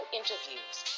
interviews